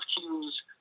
cues